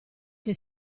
che